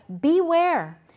beware